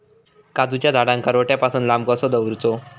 काजूच्या झाडांका रोट्या पासून लांब कसो दवरूचो?